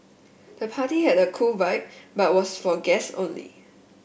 the party had a cool vibe but was for guests only